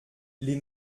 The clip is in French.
les